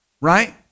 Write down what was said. Right